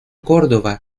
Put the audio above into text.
córdoba